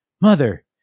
Mother